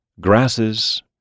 Grasses